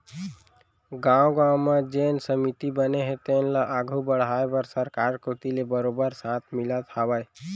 गाँव गाँव म जेन समिति बने हे तेन ल आघू बड़हाय बर सरकार कोती ले बरोबर साथ मिलत हावय